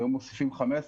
והיום מוסיפים 15,